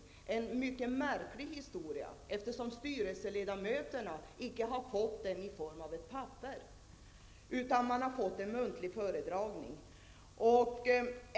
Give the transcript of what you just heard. Det är en mycket märklig historia, eftersom styrelseledamöterna icke har fått den i form av ett papper. De har bara fått en muntlig föredragning.